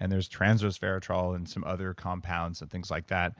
and there's trans resveratrol and some other compounds and things like that